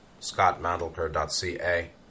scottmandelker.ca